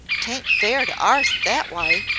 t ain't fair to arst that wye,